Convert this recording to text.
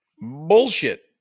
bullshit